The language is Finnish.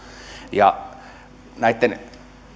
näitten